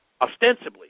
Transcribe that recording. ostensibly